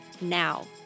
now